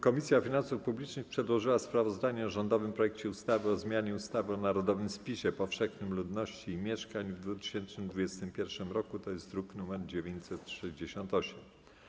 Komisja Finansów Publicznych przedłożyła sprawozdanie o rządowym projekcie ustawy o zmianie ustawy o narodowym spisie powszechnym ludności i mieszkań w 2021 r., druk nr 968.